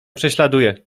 prześladuje